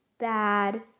bad